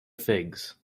figs